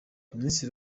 minisitiri